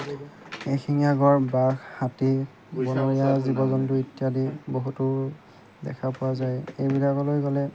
এশিঙীয়া গড় বাঘ হাতী বনৰীয়া জীৱ জন্তু ইত্যাদি বহুতো দেখা পোৱা যায় এইবিলাকলৈ গ'লে